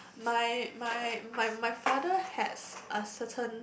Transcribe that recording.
my my my my father has a certain